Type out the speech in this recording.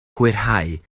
hwyrhau